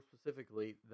specifically